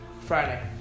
Friday